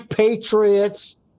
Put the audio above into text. Patriots